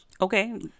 Okay